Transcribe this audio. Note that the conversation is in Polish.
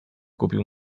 kupił